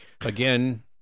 Again